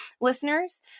listeners